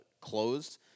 closed